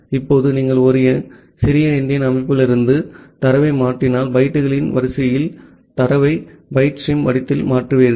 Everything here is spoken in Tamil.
இப்போது நீங்கள் ஒரு சிறிய எண்டியன் அமைப்பிலிருந்து தரவை மாற்றினால் பைட்டுகளின் வரிசையில் தரவை பைட் ஸ்ட்ரீம் வடிவத்தில் மாற்றுவீர்கள்